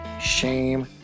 Shame